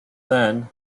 then